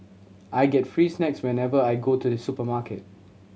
I get free snacks whenever I go to the supermarket